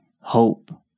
Hope